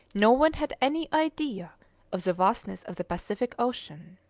no one had any idea of the vastness of the pacific ocean.